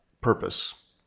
purpose